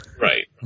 Right